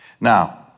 Now